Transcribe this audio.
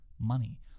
money